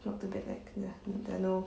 looked a bit like there are no